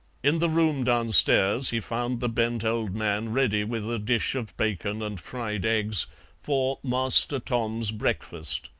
in the room downstairs he found the bent old man ready with a dish of bacon and fried eggs for master tom's breakfast,